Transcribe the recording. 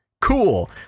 Cool